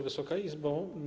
Wysoka Izbo!